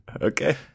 Okay